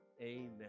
amen